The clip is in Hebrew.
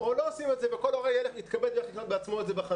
או שלא עושים את זה וכל הורה יתכבד וירכוש את זה בעצמו בחנות.